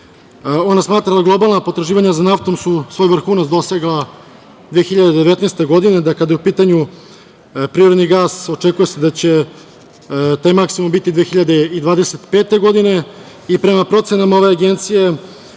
Ona smatra da globalna potraživanja za naftom su svoj vrhunac dosegla 2019. godine, da kada je u pitanju privredni gas, očekuje se da će taj maksimum biti 2025. godine i prema procenama ove agencije